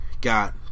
got